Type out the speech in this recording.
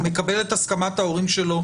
הוא מקבל את הסכמת ההורים שלו